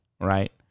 right